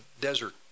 desert